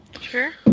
Sure